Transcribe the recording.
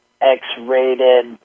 X-rated